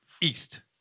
East